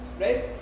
right